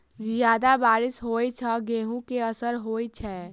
जियादा बारिश होइ सऽ गेंहूँ केँ असर होइ छै?